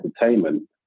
entertainment